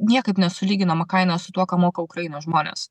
niekaip nesulyginama kaina su tuo ką moka ukrainos žmonės